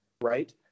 right